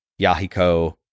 Yahiko